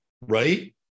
right